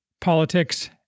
politics